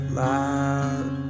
loud